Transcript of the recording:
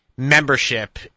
Membership